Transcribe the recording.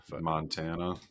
Montana